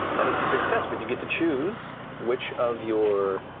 that is a success, but you get to choose which of your